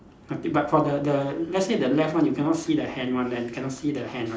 okay but for the the let's say the left one you cannot see the hand one then cannot see the hand right